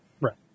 Right